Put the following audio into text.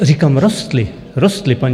Říkám, rostly... rostly, paní .